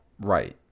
Right